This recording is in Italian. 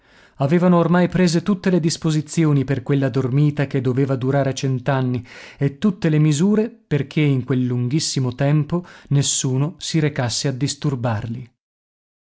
avevano ormai prese tutte le disposizioni per quella dormita che doveva durare cent'anni e tutte le misure perché in quel lunghissimo tempo nessuno si recasse a disturbarli